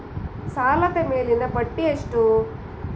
ಸಾಲದ ಮೇಲಿನ ಬಡ್ಡಿ ಎಷ್ಟು?